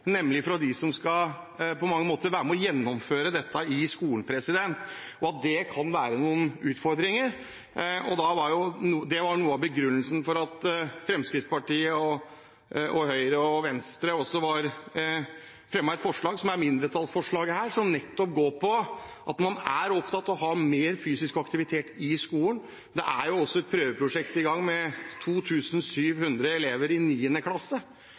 nemlig fra dem som skal være med og gjennomføre dette i skolen, og at det kan være noen utfordringer. Det var noe av begrunnelsen for at Fremskrittspartiet, Høyre og Venstre har fremmet et mindretallsforslag her, som nettopp går på at man er opptatt av å ha mer fysisk aktivitet i skolen. Det er også et prøveprosjekt i gang med 2 700 elever i 9. klasse.